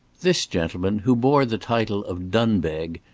this gentleman, who bore the title of dunbeg,